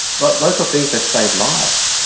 but those are things that save lives,